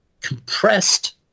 compressed